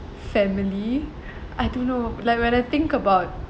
family I don't know like when I think about